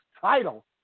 title